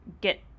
get